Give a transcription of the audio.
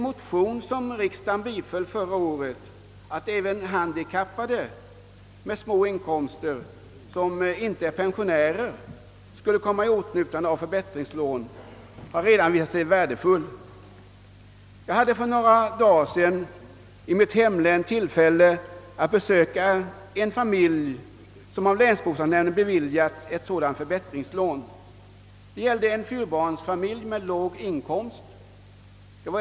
Riksdagen biföll i fjol en motion om att även handikappade med små inkomster och som inte är pensionärer skulle komma i åtnjutande av förbättringslån. Detta har redan visat sig värdefullt. Jag hade för några dagar sedan i mitt hemlän tillfälle att besöka en familj som av länsbostadsnämnden beviljats ett sådant förbättringslån. Det gällde en fyrbarnsfamilj med låg inkomst.